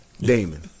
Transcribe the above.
Damon